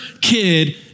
kid